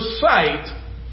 sight